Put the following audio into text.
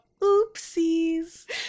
oopsies